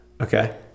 Okay